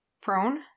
prone